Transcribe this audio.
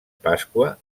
pasqua